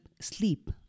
sleep